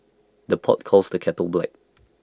the pot calls the kettle black